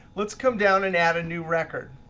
let's come down and add a new record.